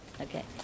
Okay